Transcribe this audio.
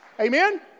Amen